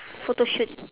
photoshoot